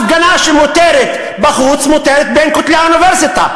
הפגנה שמותרת בחוץ, מותרת בין כותלי האוניברסיטה.